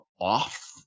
off